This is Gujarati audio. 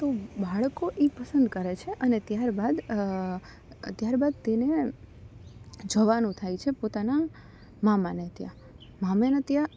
તો બાળકો એ પસંદ કરે છે અને ત્યારબાદ ત્યારબાદ તેને જવાનું થાય છે પોતાના મામાને ત્યાં મામાનાં ત્યાં